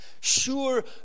sure